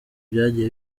byagiye